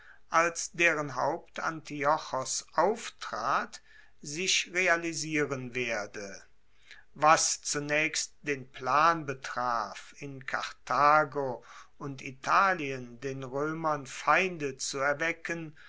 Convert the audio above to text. als deren haupt antiochos auftrat sich realisieren werde was zunaechst den plan betraf in karthago und italien den roemern feinde zu erwecken